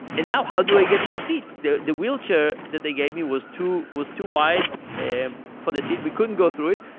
and now how do i get to the seat? the the wheelchair that they gave me was too was too wide and for the seat. we couldn't go through it.